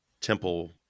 temple